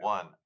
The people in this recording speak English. One